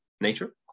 nature